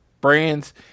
brands